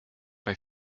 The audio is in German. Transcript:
bei